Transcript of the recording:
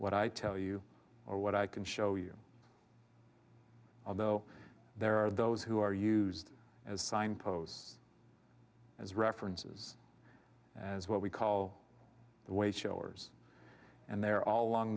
what i tell you or what i can show you although there are those who are used as signposts as references as what we call the way show or and they are all along